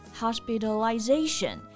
hospitalization